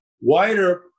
wider